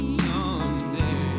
Someday